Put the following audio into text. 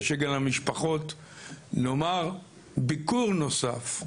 אומר ביקור נוסף.